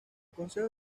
consejo